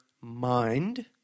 mind